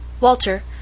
Walter